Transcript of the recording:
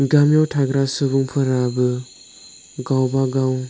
गामियाव थाग्रा सुबुंफोराबो गावबागाव